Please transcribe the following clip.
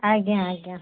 ଆଜ୍ଞା ଆଜ୍ଞା